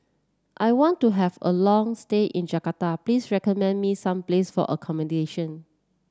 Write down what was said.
I want to have a long stay in Jakarta please recommend me some places for accommodation